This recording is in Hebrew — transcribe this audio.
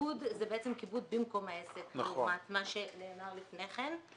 כיבוד הוא כיבוד במקום העסק לעומת מה שנאמר לפני כן.